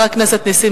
חבר הכנסת נסים